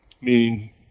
Meaning